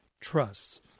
trusts